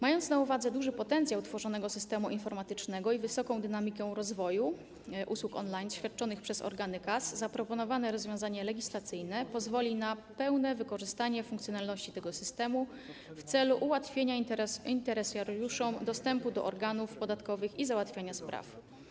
Biorąc pod uwagę duży potencjał tworzonego systemu informatycznego i wysoką dynamikę rozwoju usług on-line świadczonych przez organy KAS, zaproponowane rozwiązanie legislacyjne pozwoli na pełne wykorzystanie funkcjonalności tego systemu w celu ułatwienia interesariuszom dostępu do organów podatkowych i załatwiania spraw.